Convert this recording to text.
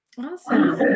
Awesome